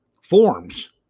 forms